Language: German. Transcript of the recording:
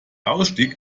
ausstieg